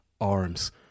arms